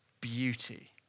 beauty